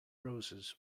roses